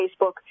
Facebook